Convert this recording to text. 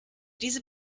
diese